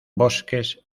bosques